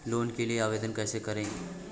Loan के लिए आवेदन कैसे करें?